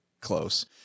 close